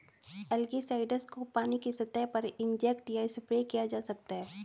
algicides को पानी की सतह पर इंजेक्ट या स्प्रे किया जा सकता है